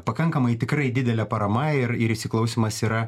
pakankamai tikrai didelė parama ir ir įsiklausymas yra